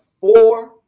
four